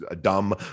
dumb